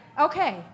Okay